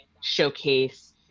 showcase